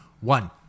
One